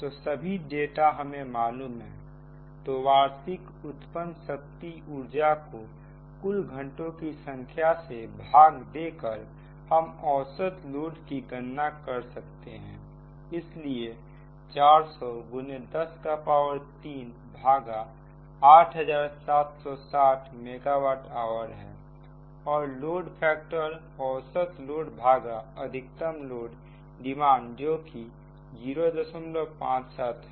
तो सभी डाटा हमें मालूम है तो वार्षिक उत्पन्न शक्ति ऊर्जा को कुल घंटों की संख्या से भाग देकर हम औसत लोड की गणना कर सकते हैं इसीलिए4001038760 मेगावाट आवार है और लोड फैक्टर औसत लोड भागा अधिकतम लोड डिमांड जो कि 057 है